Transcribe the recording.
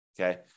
Okay